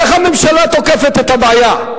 איך הממשלה תוקפת את הבעיה?